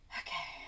okay